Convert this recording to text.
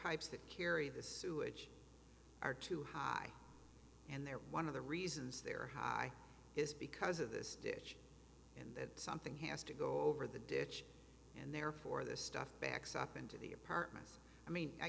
pipes that carry the sewage are too high and they're one of the reasons they're high is because of this ditch and that something has to go over the ditch and therefore the stuff backs up into the apartments i mean i